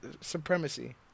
supremacy